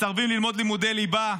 מסרבים ללמוד לימודי ליבה,